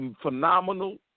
phenomenal